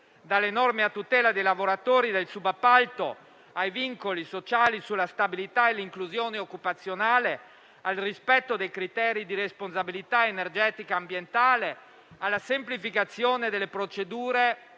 dalle norme a tutela dei lavoratori del subappalto ai vincoli sociali sulla stabilità e l'inclusione occupazionale, al rispetto dei criteri di responsabilità energetica ambientale, alla semplificazione delle procedure